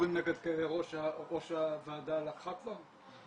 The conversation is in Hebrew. כדורים נגד כאבי ראש, ראש הוועדה לקחה כבר?